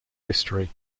history